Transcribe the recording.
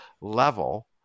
level